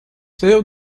save